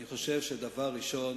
אני חושב שדבר ראשון